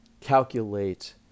calculate